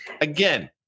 again